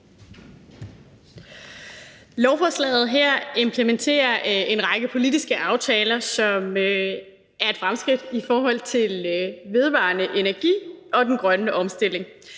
Lovforslaget her implementerer en række politiske aftaler, som er et fremskridt i forhold til vedvarende energi og den grønne omstilling.